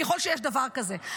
ככל שיש דבר כזה.